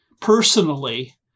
personally